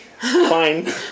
fine